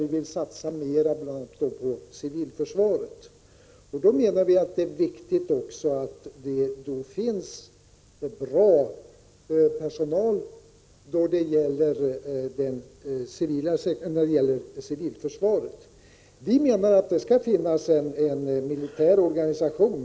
Vi vill satsa mera på civilförsvaret. Vi vet att det då är viktigt att det finns bra personal i civilförsvaret. Det skall finnas en militär organisation.